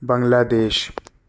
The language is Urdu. بنگلہ دیش